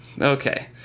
okay